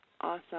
awesome